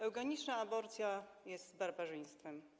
Eugeniczna aborcja jest barbarzyństwem.